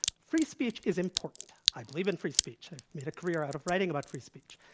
free speech is important. i believe in free speech. i've made a career out of writing about free speech.